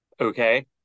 Okay